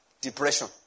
depression